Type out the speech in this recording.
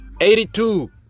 82